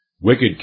Wicked